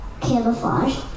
camouflage